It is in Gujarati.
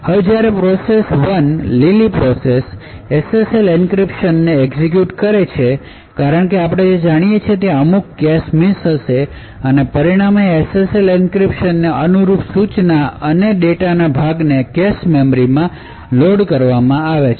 હવે જ્યારે પ્રોસેસ 1 લીલી પ્રોસેસ SSLએન્ક્રિપ્શનને એક્ઝેક્યુટ કરે છે કારણ કે આપણે જાણીએ છીએ કે ત્યાં અમુક કેશ મિસ હશે અને પરિણામે આ SSL એન્ક્રિપ્શનને અનુરૂપ સૂચના અને ડેટાના ભાગો ને કેશ મેમરીમાં લોડ કરવામાં આવે છે